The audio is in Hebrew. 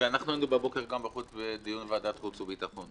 היינו הבוקר גם בדיון בוועדת החוץ והביטחון.